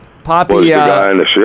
Poppy